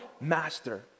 Master